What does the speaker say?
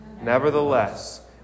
nevertheless